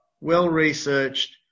well-researched